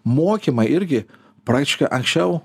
mokymai irgi praktiškai anksčiau